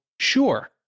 sure